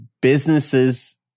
businesses